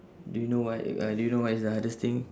do you know why uh do you know why it's the hardest thing